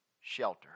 shelter